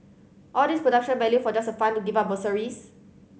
all this production value for just a fund to give up bursaries